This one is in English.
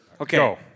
Okay